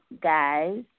guys